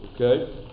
okay